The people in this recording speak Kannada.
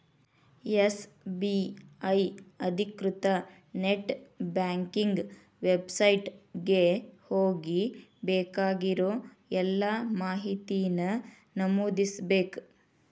ಎಸ್.ಬಿ.ಐ ಅಧಿಕೃತ ನೆಟ್ ಬ್ಯಾಂಕಿಂಗ್ ವೆಬ್ಸೈಟ್ ಗೆ ಹೋಗಿ ಬೇಕಾಗಿರೋ ಎಲ್ಲಾ ಮಾಹಿತಿನ ನಮೂದಿಸ್ಬೇಕ್